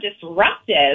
disruptive